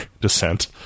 descent